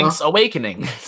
Awakening